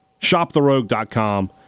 shoptherogue.com